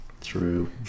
True